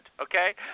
okay